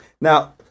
Now